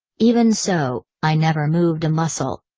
even so, i never moved a muscle.